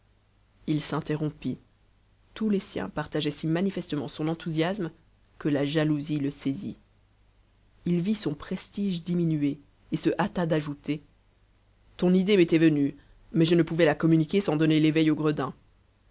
il s'interrompit tous les siens partageaient si manifestement son enthousiasme que la jalousie le saisit il vit son prestige diminué et se hâta d'ajouter ton idée m'était venue mais je ne pouvais la communiquer sans donner l'éveil au gredin